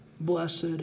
blessed